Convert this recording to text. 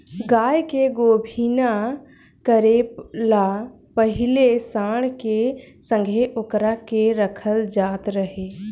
गाय के गोभिना करे ला पाहिले सांड के संघे ओकरा के रखल जात रहे